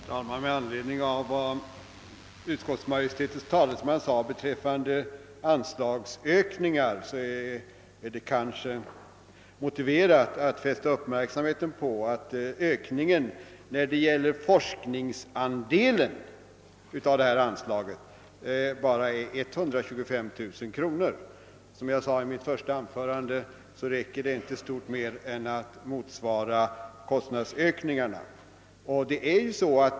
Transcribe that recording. Herr talman! Med anledning av vad utskottsmajoritetens talesman sade beträffande anslagsökningar på denna punkt är det kanske motiverat att fästa uppmärksamheten på att ökningen när det gäller anslagets forskningsan del bara är 125000 kronor. Som jag framhöll i mitt första anförande i ärendet räcker detta inte till stort mer än att täcka kostnadsökningarna.